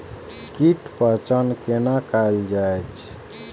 कीटक पहचान कैना कायल जैछ?